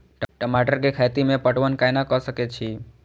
टमाटर कै खैती में पटवन कैना क सके छी?